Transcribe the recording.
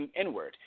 inward